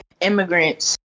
immigrants